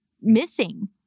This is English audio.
missing